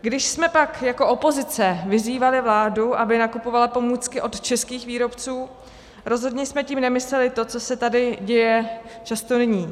Když jsme pak jako opozice vyzývali vládu, aby nakupovala pomůcky od českých výrobců, rozhodně jsme tím nemysleli to, co se tady děje často nyní.